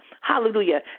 Hallelujah